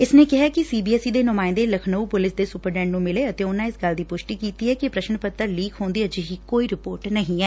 ਇਸ ਨੇ ਕਿਹੈ ਕਿ ਸੀ ਬੀ ਐਸ ਸੀ ਦੇ ਨੁਮਾਇੰਦੇ ਲਖਨਾਉਂ ਪੁਲਿਸ ਦੇ ਸੁਪਰਡੈਂਟ ਨੂੰ ਮਿਲੇ ਅਤੇ ਉਨ੍ਹਾਂ ਇਸ ਗੱਲ ਦੀ ਪੁਸ਼ਟੀ ਕੀਤੀ ਐ ਕਿ ਪ੍ਸਸਨ ਪੱਤਰ ਲੀਕ ਹੋਣ ਦੀ ਅਜਿਹੀ ਕੋਈ ਰਿਪੋਰਟ ਨਹੀਂ ਐ